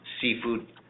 seafood